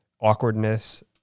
awkwardness